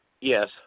Yes